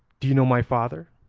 do you know my father